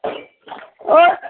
অঁ